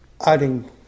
adding